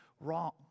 wrong